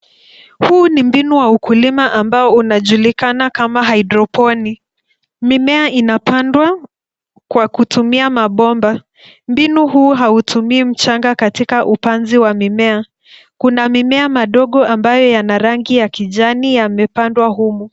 Huu ni mbinu wa ukulima ambao unajulikana kama hydroponics . Mimea inapandwa kwa kutumia mabomba. Mbinu huu hautumi mchanga katika upanzi wa mimea. Kuna mimea madogo ambayo yana rangi ya kijani yamepandwa humu.